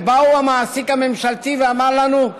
ובא המעסיק הממשלתי ואמר לנו,